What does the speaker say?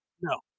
No